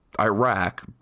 Iraq